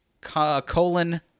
colon